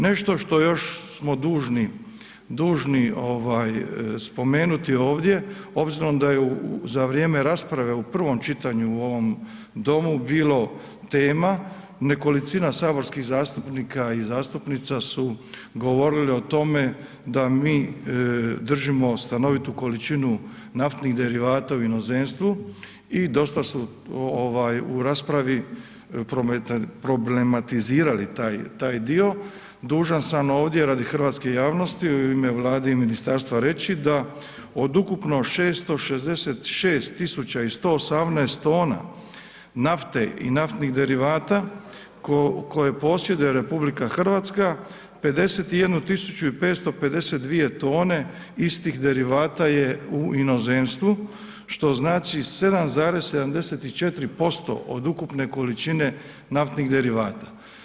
Nešto što smo još dužni spomenuti ovdje, obzirom da je za vrijeme rasprave u prvom čitanju u ovom Domu bila tema nekolicina saborskih zastupnika i zastupnica su govorili o tome da mi držimo stanovitu količinu naftnih derivata u inozemstvu i dosta su u raspravi problematizirali taj dio, dužan sam ovdje radi hrvatske javnosti i u ime Vlade i ministarstva reći da od ukupno 666 tisuća i 118 tona nafte i naftnih derivata koje posjeduje RH 51 tisuću i 552 tone istih derivata je u inozemstvu što znači 7,74% od ukupne količine naftnih derivata.